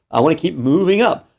i wanna keep moving up.